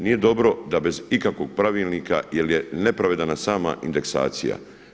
Nije dobro da bez ikakvog pravilnika jer je nepravedna sam indeksacija.